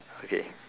okay